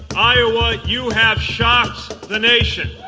iowa, you have shocked the nation